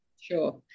Sure